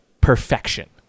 perfection